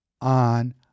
on